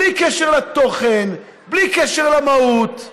בלי קשר לתוכן, בלי קשר למהות.